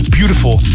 beautiful